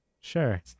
Sure